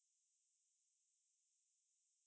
then now you can totally